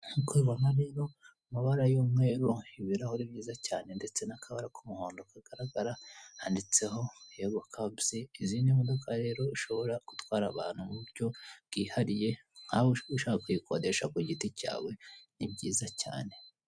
Kkuko ubibona rero amabara y'umweru ibirahuri byiza cyane ndetse n'akabara ku muhondo kagaragara handitseho yobokabuzi izi ni imodoka rero zishobora gutwara abantu kuburyo bwihariye, nkawe ushaka kuyikodesha ku giti cyawe ni byiza cyane.